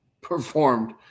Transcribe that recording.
performed